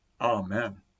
Amen